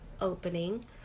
opening